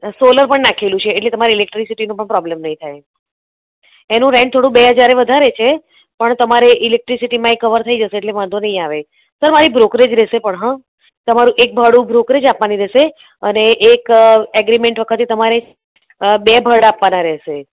solar પણ નાખેલું છે એટલે તમારે ઇલેક્ટ્રીસિટીનું પણ પ્રોબ્લેમ નહિ થાય એનું રેન્ટ થોડું બે હજારે વધારે છે પણ તમારે ઇલેક્ટ્રીસિટીમાં એ કવર થઈ જશે એટલે વાંધો નહિ આવે સર મારી બ્રોકરેજ રહેશે પણ હા તમારું એક ભાડું બ્રોકરેજ આપવાની રહેશે અને એક એગ્રીમેન્ટ વખતે તમારે બે ભાડા આપવાના રહેશે